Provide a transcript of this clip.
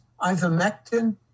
ivermectin